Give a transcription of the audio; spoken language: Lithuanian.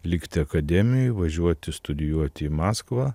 likti akademijoje važiuoti studijuoti į maskvą